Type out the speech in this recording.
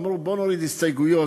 אמרו: בואו נוריד הסתייגויות,